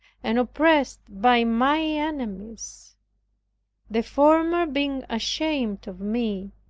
and oppressed by my enemies the former being ashamed of me,